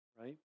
right